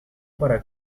para